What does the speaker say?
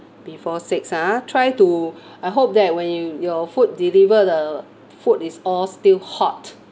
before six ah try to I hope that when you your food deliver the food is all still hot